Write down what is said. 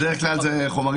בדרך כלל זה חומרים מצומצמים.